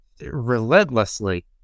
relentlessly